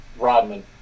Rodman